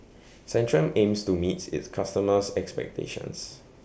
Centrum aims to meets its customers' expectations